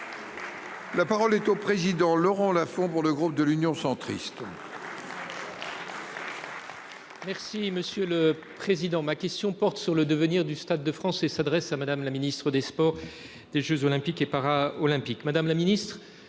La parole est au président Laurent Lafon pour le groupe de l'Union centriste. Merci monsieur le président, ma question porte sur le devenir du Stade de France et s'adresse à Madame, la ministre des Sports, des Jeux olympiques et para-olympiques.